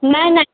नहि नहि